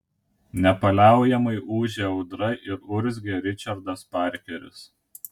nepaliaujamai ūžė audra ir urzgė ričardas parkeris